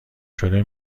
شده